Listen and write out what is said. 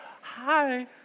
hi